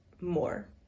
more